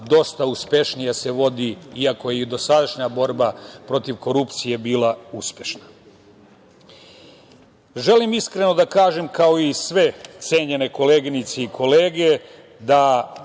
dosta uspešnije se vodi, iako i dosadašnja borba protiv korupcije je bila uspešna. Želim iskreno da kažem, kao i sve cenjene koleginice i kolege da